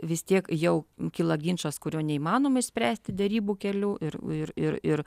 vis tiek jau kilo ginčas kurio neįmanoma išspręsti derybų keliu ir ir ir ir